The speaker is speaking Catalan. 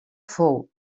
fou